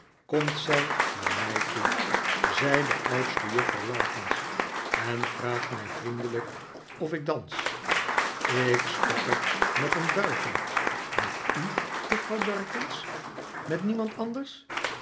komt zij naar mij toe zij de oudste juffrouw larkins en vraagt mij vriendelijk of ik dans ik stotter met een buiging met u juffrouw larkins met niemand anders